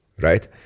right